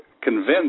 convinced